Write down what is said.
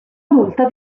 adulta